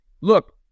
look